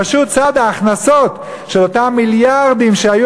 פשוט צד ההכנסות של אותם מיליארדים שהיו